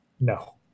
No